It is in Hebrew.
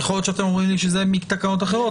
יכול להיות שאתם אומרים לי שזה מתקנות אחרות,